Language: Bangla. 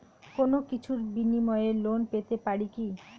কোনো কিছুর বিনিময়ে লোন পেতে পারি কি?